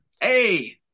Hey